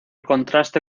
contraste